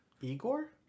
igor